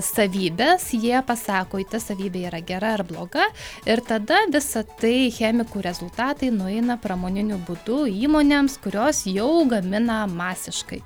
savybes jie pasako jei ta savybė yra gera ar bloga ir tada visa tai chemikų rezultatai nueina pramoniniu būdu įmonėms kurios jau gamina masiškai